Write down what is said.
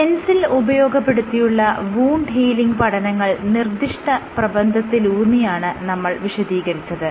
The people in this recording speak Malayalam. സ്റ്റെൻസിൽ ഉപയോഗപ്പെടുത്തിയുള്ള വൂണ്ട് ഹീലിങ് പഠനങ്ങൾ നിർദ്ദിഷ്ട പ്രബന്ധത്തിലൂന്നിയാണ് നമ്മൾ വിശദീകരിച്ചത്